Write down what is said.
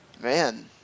man